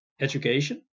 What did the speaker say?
education